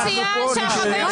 אתה לא רוצה לשמוע את האמת?